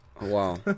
Wow